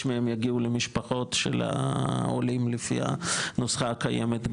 מהם יגיעו למשפחות שלה עולים לפי הנוסחה הקיימת,